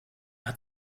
hat